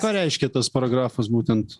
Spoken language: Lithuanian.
ką reiškia tas paragrafas būtent